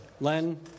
Len